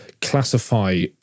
classify